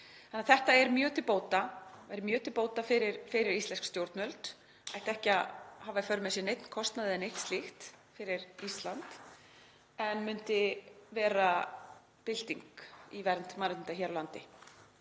Þetta væri því mjög til bóta fyrir íslensk stjórnvöld og ætti ekki að hafa í för með sér neinn kostnað eða neitt slíkt fyrir Ísland en myndi verða bylting í vernd mannréttinda hér á landi.